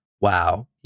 wow